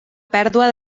pèrdua